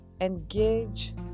engage